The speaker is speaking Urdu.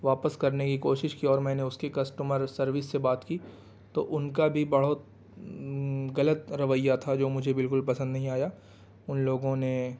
واپس کرنے کی کوشش کی اور میں نے اس کے کسٹمر سروس سے بات کی تو ان کا بھی بہت غلط رویہ تھا جو مجھے بالکل بھی پسند نہیں آیا ان لوگوں نے